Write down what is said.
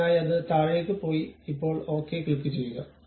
അതിനായി അത് താഴേക്ക് പോയി ഇപ്പോൾ ഓക്കേ ക്ലിക്കുചെയ്യുക